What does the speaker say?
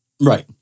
Right